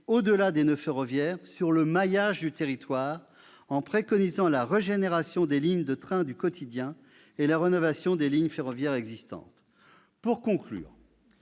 au-delà des noeuds ferroviaires, sur le maillage du territoire, en préconisant la régénération des lignes de trains du quotidien et la rénovation des lignes ferroviaires existantes. Pour conclure,